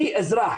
אני אזרח